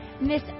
Miss